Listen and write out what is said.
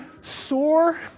sore